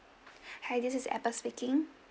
hi this is apple speaking